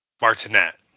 Martinet